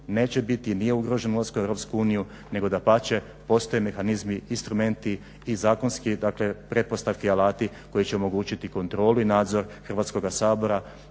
neće biti i nije ugrožen ulaskom u EU nego dapače postoje mehanizmi i instrumenti i zakonski pretpostavke i alati koji će omogućiti kontrolu i nadzor Hrvatskoga sabora